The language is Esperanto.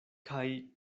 kaj